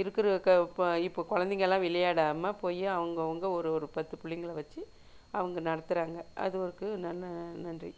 இருக்கிற க ப இப்போ குழந்தைங்கலாம் விளையாடாமல் போய் அவங்க அவங்க ஒரு ஒரு பத்து பிள்ளைங்களை வெச்சு அவங்க நடத்துகிறாங்க அதுவும் இருக்குது நன்றி